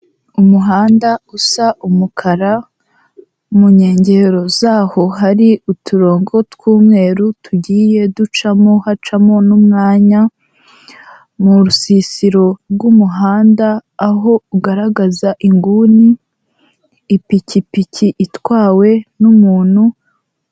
Umuhanda usa umukara, mu nkengero zaho hari uturongo tw'umweru tugiye ducamo hacamo n'umwanya, mu rusisiro rw'umuhanda aho ugaragaza inguni, ipikipiki itwawe n'umuntu.